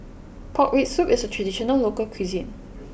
Pork Rib Soup is a traditional local cuisine